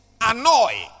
annoy